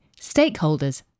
stakeholders